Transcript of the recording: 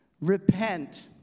repent